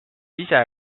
ise